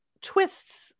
twists